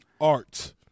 Art